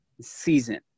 season